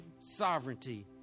sovereignty